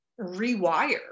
rewire